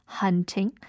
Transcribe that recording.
hunting